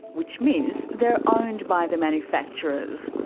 which means they are owned by the manufacturers.